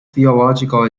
theological